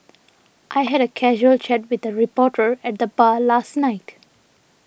I had a casual chat with a reporter at the bar last night